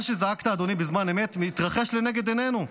אדוני, מה שזעקת בזמן אמת מתרחש לנגד עינינו.